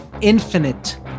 infinite